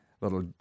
little